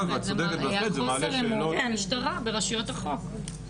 אז צודקת בהחלט,